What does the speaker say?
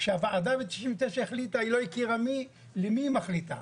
כשהוועדה ב-99' החליטה היא לא הכירה למי היא מחליטה.